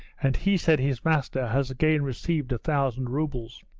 and he said his master has again received a thousand rubles